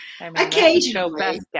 Occasionally